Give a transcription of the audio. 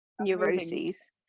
neuroses